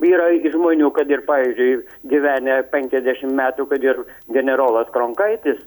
yrai žmonių kad ir pavyzdžiui gyvenę penkiasdešim metų kad ir generolas kronkaitis